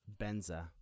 Benza